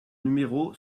numéro